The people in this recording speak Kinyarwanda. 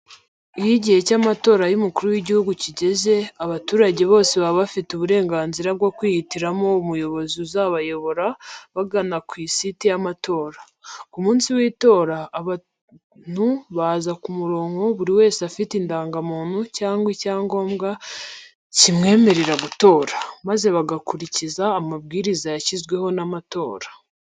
Iyo igihe cy’amatora y’Umukuru w’Igihugu kigeze, abaturage bose baba bafite uburenganzira bwo kwihitiramo umuyobozi uzabayobora, bagana kuri site y’amatora. Ku munsi w’itora, abantu baza ku murongo buri wese afite indangamuntu cyangwa icyangombwa kimwemerera gutora, maze bagakurikiza amabwiriza yashyizweho n’amatora.